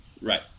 Right